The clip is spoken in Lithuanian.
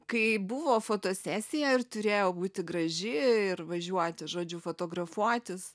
kai buvo fotosesija ir turėjau būti graži ir važiuoti žodžiu fotografuotis